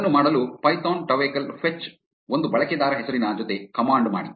ಅದನ್ನು ಮಾಡಲು ಪೈಥಾನ್ ಟವೆಕಲ್ ಫೆಚ್ಚ್ ಒಂದು ಬಳಕೆದಾರ ಹೆಸರಿನ ಜೊತೆ ಕಮಾಂಡ್ ಮಾಡಿ